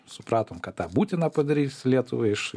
supratom kad tą būtina padaryt lietuvą iš